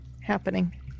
happening